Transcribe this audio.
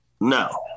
No